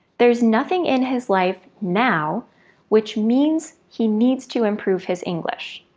there's nothing in his life now which means he needs to improve his english.